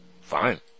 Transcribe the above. fine